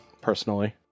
personally